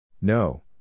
No